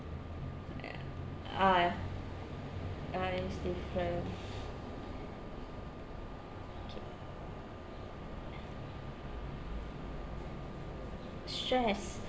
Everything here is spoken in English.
ya uh ya ah is different okay stress